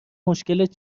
مشکلت